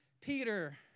Peter